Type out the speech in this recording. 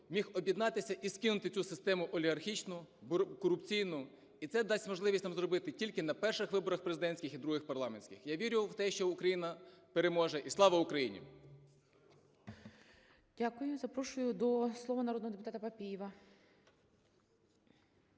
міг об'єднатися і скинути цю систему, олігархічну, корупційну, і це дасть можливість нам зробити тільки на перших виборах, президентських, і других – парламентських. Я вірю в те, що Україна переможе. І Слава Україні! ГОЛОВУЮЧИЙ. Дякую. Запрошую до слова народного депутата Папієва.